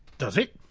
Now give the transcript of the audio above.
does it?